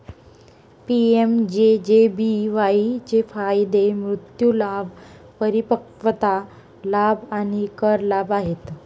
PMJJBY चे फायदे मृत्यू लाभ, परिपक्वता लाभ आणि कर लाभ आहेत